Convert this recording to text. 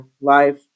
life